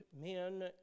men